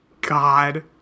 God